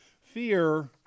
fear